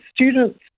students